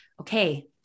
okay